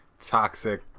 Toxic